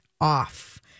off